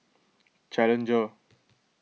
challenger